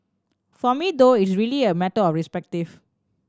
for me though it's really a matter of respective